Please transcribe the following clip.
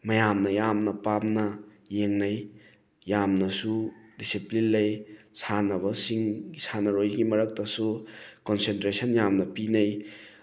ꯃꯌꯥꯝꯅ ꯌꯥꯝꯅ ꯄꯥꯝꯅ ꯌꯦꯡꯅꯩ ꯌꯥꯝꯅꯁꯨ ꯗꯤꯁꯤꯄ꯭ꯂꯤꯟ ꯂꯩ ꯁꯥꯟꯅꯕꯁꯤꯡ ꯁꯥꯟꯅꯔꯣꯏꯒꯤ ꯃꯔꯛꯇꯁꯨ ꯀꯣꯟꯁꯦꯟꯇ꯭ꯔꯦꯁꯟ ꯌꯥꯝꯅ ꯄꯤꯅꯩ